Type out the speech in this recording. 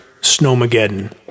snowmageddon